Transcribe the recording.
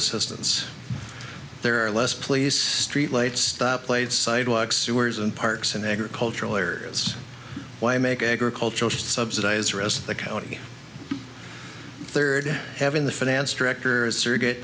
assistance there are less police streetlights stop plates sidewalks sewers and parks and agricultural areas why make agricultural subsidize rest the county third having the finance director as surrogate